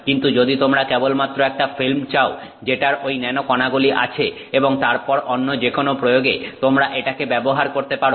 কিন্তু যদি তোমরা কেবলমাত্র একটা ফিল্ম চাও যেটার ঐ ন্যানো কনাগুলি আছে এবং তারপর অন্য যেকোনো প্রয়োগে তোমরা এটাকে ব্যবহার করতে পারো